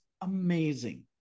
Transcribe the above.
amazing